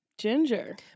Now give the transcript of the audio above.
Ginger